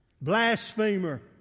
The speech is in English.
Blasphemer